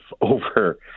over